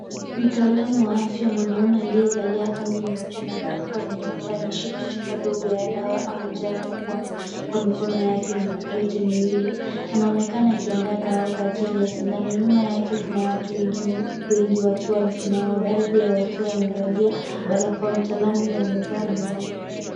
Mtaalamu wa afya mwanaume akiwa amevalia kanzu nyeupe na barakoa nyeupe ameshika chupa ndogo ya dawa au njano wa kwa mikono yake yote miwili. Anaonekana akiandaa dawa kwa ajili ya sindano. Nyuma yake kuna watu wengine wengi wakiwa wamesimama, baadhi yao wakiwa wamevalia barakoa. Mtaalamu huyu amevaa miwani.